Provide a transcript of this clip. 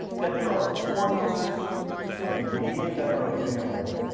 that there are affordances of the media that are available,